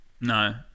No